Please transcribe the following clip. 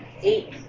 eight